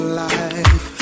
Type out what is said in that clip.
life